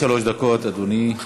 עד שלוש דקות, אדוני.